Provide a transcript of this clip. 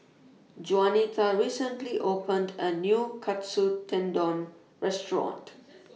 Jaunita recently opened A New Katsu Tendon Restaurant